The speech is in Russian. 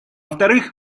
вторых